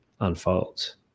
unfolds